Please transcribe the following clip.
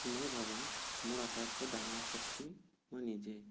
মই ভাবোঁ মোৰ আটাইতকৈ ডাঙৰ শক্তি মই নিজে